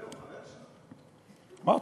יפה שהוא חבר שלך.